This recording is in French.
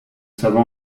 savons